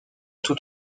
tout